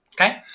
okay